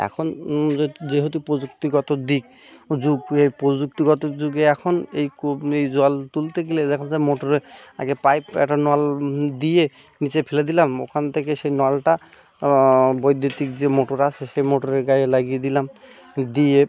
এখন যেহেতু প্রযুক্তিগত দিক যুগের প্রযুক্তিগত যুগে এখন এই কূপ এই জল তুলতে গেলে এখন যা মোটরে আগে পাইপ একটা নল দিয়ে নিচে ফেলে দিলাম ওখান থেকে সে নলটা বৈদ্যুতিক যে মোটর আছে সেই মোটরের গায়ে লাগিয়ে দিলাম দিয়ে